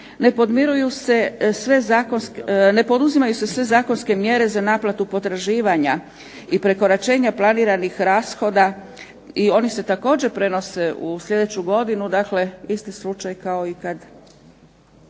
Ne poduzimaju se sve zakonske mjere za naplatu potraživanja i prekoračenja planiranih rashoda i oni se također prenose u sljedeću godinu, dakle isti slučaj kao i kad